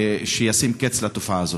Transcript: שתשים קץ לתופעה הזאת.